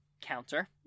counter